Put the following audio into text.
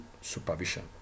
supervision